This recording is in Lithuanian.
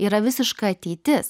yra visiška ateitis